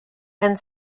and